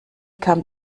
kam